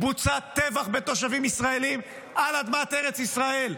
בוצע טבח בתושבים ישראלים על אדמת ארץ ישראל.